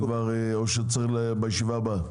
או בישיבה הבאה?